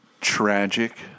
tragic